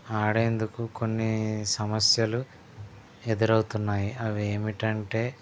ఆడేందుకు కొన్ని సమస్యలు ఎదురవుతున్నాయి అవి ఏంటంటే